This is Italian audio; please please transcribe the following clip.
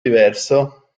diverso